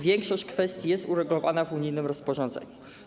Większość kwestii jest uregulowana w unijnym rozporządzeniu.